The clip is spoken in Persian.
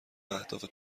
اهداف